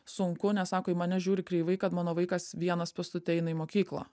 sunku nes sako į mane žiūri kreivai kad mano vaikas vienas pėstute eina į mokyklą